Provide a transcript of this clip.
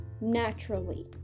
naturally